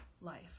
life